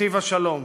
מוטיב השלום?